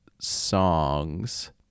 songs